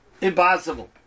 impossible